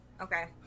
Okay